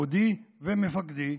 פקודי ומפקדי,